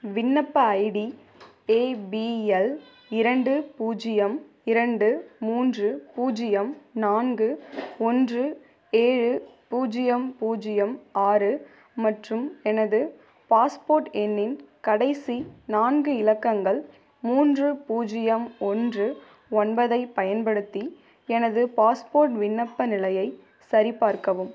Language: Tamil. விண்ணப்ப ஐடி ஏ பி எல் இரண்டு பூஜ்ஜியம் இரண்டு மூன்று பூஜ்ஜியம் நான்கு ஒன்று ஏழு பூஜ்ஜியம் பூஜ்ஜியம் ஆறு மற்றும் எனது பாஸ்போர்ட் எண்ணின் கடைசி நான்கு இலக்கங்கள் மூன்று பூஜ்ஜியம் ஒன்று ஒன்பது ஐப் பயன்படுத்தி எனது பாஸ்போர்ட் விண்ணப்ப நிலையை சரிபார்க்கவும்